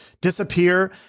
disappear